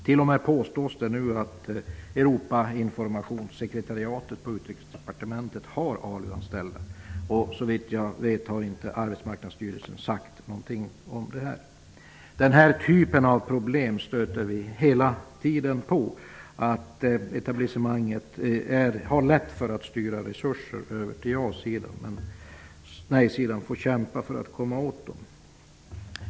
Det påstås nu att Utrikesdepartementet har ALU-anställda. Såvitt jag vet har inte Arbetsmarknadsstyrelsen sagt någonting om detta. Den här typen av problem stöter vi hela tiden på. Etablissemanget har lätt för att styra över resurser till ja-sidan, medan nej-sidan får kämpa för att komma åt dem.